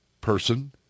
person